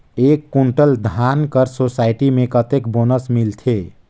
एक कुंटल धान कर सोसायटी मे कतेक बोनस मिलथे?